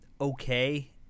okay